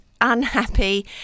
Unhappy